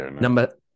Number